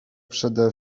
przede